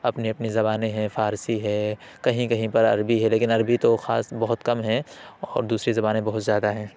اپنی اپنی زبانیں ہیں فارسی ہے کہیں کہیں پر عربی ہے لیکن عربی تو خاص بہت کم ہے اور دوسری زبانیں بہت زیادہ ہیں